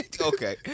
Okay